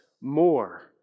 more